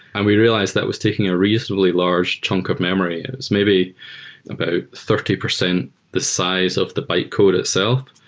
and we realized that was taking a reasonably large chunk of memory and it's maybe about thirty percent the size of the bytecode itself.